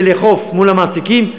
ולאכוף מול המעסיקים,